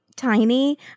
Tiny